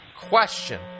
question